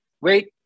wait